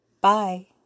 Bye